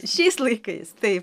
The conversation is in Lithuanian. šiais laikais taip